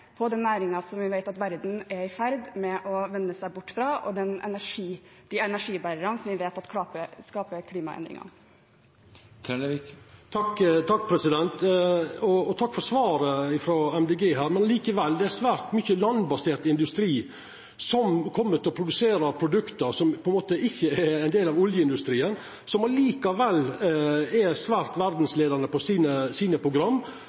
og den kunnskapen nå systematisk inn i det vi ønsker å bygge opp, istedenfor å satse mer på en næring som vi vet at verden er i ferd med å vende seg bort fra, og de energibærerne som vi vet at skaper klimaendringer. Takk for svaret frå MDG. Men likevel: Det er svært mykje landbasert industri som kjem til å produsera produkt som ikkje er ein del av oljeindustrien, men som likevel er svært verdsleiande på sine program,